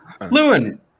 Lewin